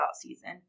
season